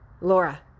Laura